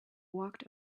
walked